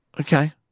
Okay